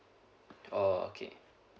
oh okay